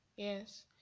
Yes